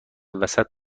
وسط